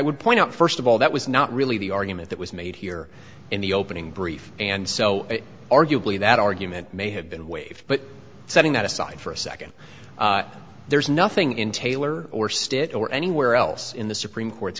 would point out first of all that was not really the argument that was made here in the opening brief and so arguably that argument may have been waived but setting that aside for a second there is nothing in taylor or stitt or anywhere else in the supreme court